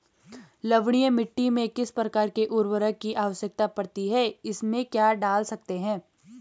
लवणीय मिट्टी में किस प्रकार के उर्वरक की आवश्यकता पड़ती है इसमें क्या डाल सकते हैं?